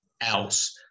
else